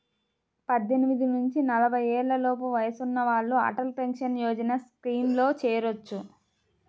పద్దెనిమిది నుంచి నలభై ఏళ్లలోపు వయసున్న వాళ్ళు అటల్ పెన్షన్ యోజన స్కీమ్లో చేరొచ్చు